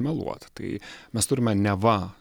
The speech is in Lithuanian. meluoti tai mes turime neva